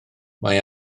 mae